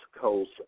Coast